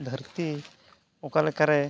ᱫᱷᱟᱹᱨᱛᱤ ᱚᱠᱟ ᱞᱮᱠᱟᱨᱮ